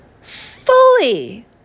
fully